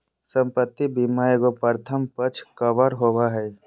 संपत्ति बीमा एगो प्रथम पक्ष कवर होबो हइ